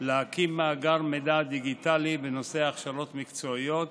להקים מאגר מידע דיגיטלי בנושא הכשרות מקצועיות